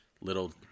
little